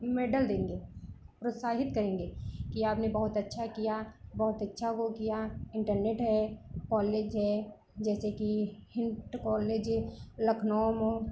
medal देंगे प्रोत्साहित करेंगे कि आपने बहुत अच्छा किया बहुत अच्छा वह किया इंटरनेट है कॉलेज है जैसे कि हिंट कॉलेज है लखनऊ मो